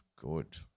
Good